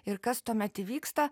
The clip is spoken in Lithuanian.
ir kas tuomet įvyksta